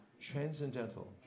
Transcendental